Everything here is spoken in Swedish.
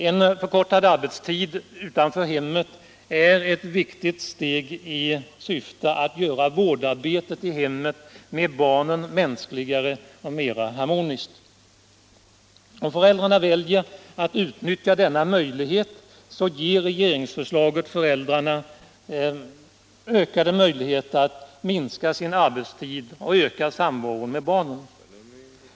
En förkortad arbetstid utanför hemmet är ett viktigt steg i syfte att göra vårdarbetet i hem med barn mänskligare och mer harmoniskt. Om föräldrarna väljer att utnyttja denna möjlighet så innebär regeringsförslaget att föräldrarna kan minska sin arbetstid och öka samvaron med barnen.